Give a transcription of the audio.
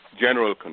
general